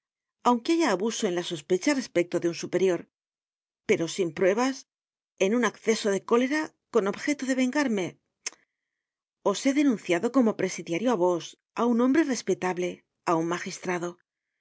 aunque haya abuso en la sospecha respecto de un superior pero sin pruebas en un acceso de cólera con objeto de vengarme os he denunciado como presidiario á vos á un hombre respetable á un magistrado